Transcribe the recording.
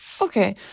Okay